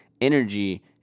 energy